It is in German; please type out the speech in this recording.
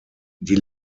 die